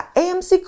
amc